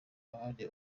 n’abandi